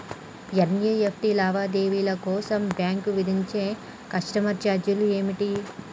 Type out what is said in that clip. NEFT లావాదేవీల కోసం bank విధించే కస్టమర్ ఛార్జీలు ఏమిటి?